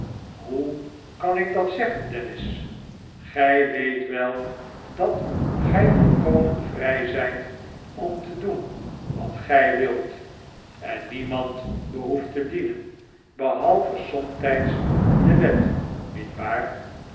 hoe kan ik dat zeggen dennis gij weet wel dat gij volkomen vrij zijt om te doen wat gij wilt en niemand behoeft te dienen behalve somtijds de wet niet waar